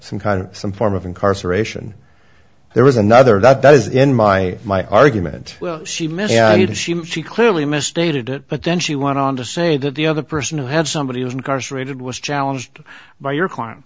some kind of some form of incarceration there was another that does in my my argument she missed she clearly misstated it but then she want on to say that the other person who had somebody was incarcerated was challenged by your client